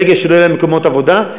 ברגע שלא יהיו להם מקומות עבודה,